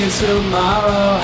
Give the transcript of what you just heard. tomorrow